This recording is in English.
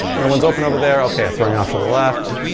no one's open over there, okay throwing off to the left